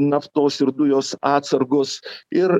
naftos ir dujos atsargos ir